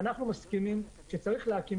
ואנחנו מסכימים שצריך להקים.